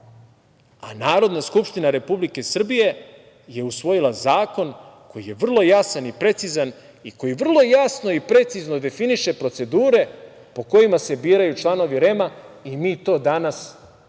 a Narodna skupština Republike Srbije je usvojila zakon, koji je vrlo jasan i precizan i koji vrlo jasno i precizno definiše procedure po kojima se biraju članovi REM-a, i mi to danas i